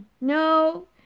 No